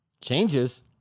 Changes